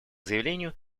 заявлению